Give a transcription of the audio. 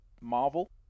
marvel